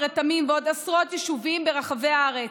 רתמים ועוד עשרות יישובים ברחבי הארץ,